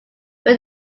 when